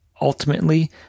ultimately